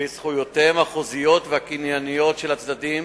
בזכויותיהם החוזיות והקנייניות של הצדדים,